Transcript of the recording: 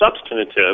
substantive